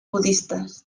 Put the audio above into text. budistas